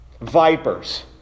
vipers